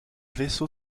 vaisseau